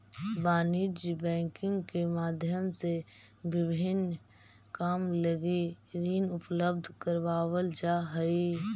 वाणिज्यिक बैंकिंग के माध्यम से विभिन्न काम लगी ऋण उपलब्ध करावल जा हइ